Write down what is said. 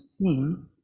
theme